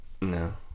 No